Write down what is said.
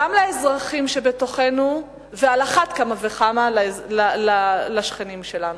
גם לאזרחים שבתוכנו ועל אחת כמה וכמה לשכנים שלנו.